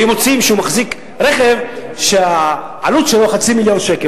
ואם מוצאים שהוא מחזיק רכב שהעלות שלו חצי מיליון שקל.